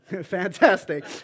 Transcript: Fantastic